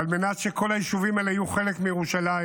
ועל מנת שכל היישובים האלה יהיו חלק מירושלים.